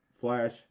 flash